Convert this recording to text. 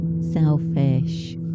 selfish